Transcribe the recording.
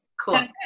Cool